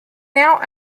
now